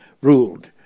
ruled